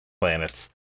planets